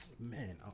man